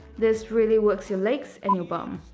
this really works your legs and your bum.